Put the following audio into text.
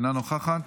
אינה נוכחת,